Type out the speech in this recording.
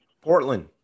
Portland